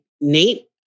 Nate